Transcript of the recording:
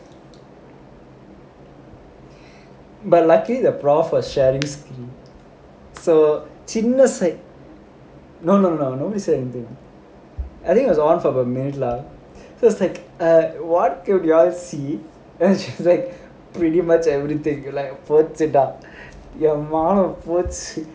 but lucky the profit sharing screen so சின்ன:chinna set no no no nobody say anything I think it was on for a minute lah so I was like what you do you all see so my friend was like pretty much everything போச்சுடா யம்மா போச்சு:pochudaa yamma pochu